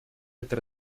это